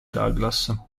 douglas